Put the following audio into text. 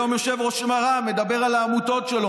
היום יושב-ראש רע"מ מדבר על העמותות שלו.